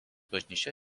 bažnyčia